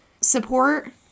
support